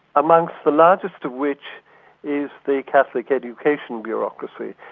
amongst the largest of which is the catholic education bureaucracy,